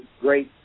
great